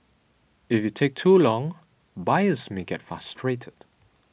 if you take too long buyers may get frustrated